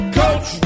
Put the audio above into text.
coach